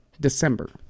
December